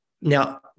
Now